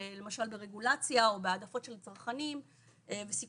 למשל ברגולציה או בהעדפות של צרכנים וסיכונים